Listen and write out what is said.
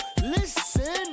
Listen